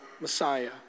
Messiah